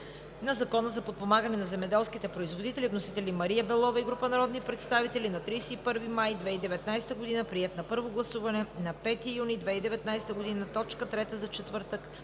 на Закона за подпомагане на земеделските производители. Вносители са Мария Белова и група народни представители на 31 май 2019 г., приет на първо гласуване на 5 юни 2019 г. – точка трета за четвъртък,